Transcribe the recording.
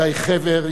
גיא חבר,